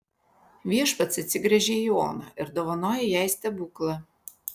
viešpats atsigręžia į oną ir dovanoja jai stebuklą